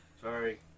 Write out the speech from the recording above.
Sorry